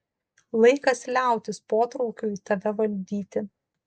laikas liautis potraukiui tave valdyti